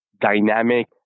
dynamic